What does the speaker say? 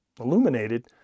illuminated